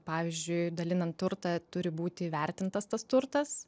pavyzdžiui dalinant turtą turi būti įvertintas tas turtas